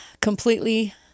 completely